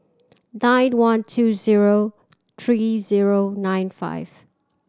nine one two zero three zero nine five